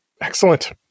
excellent